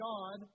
God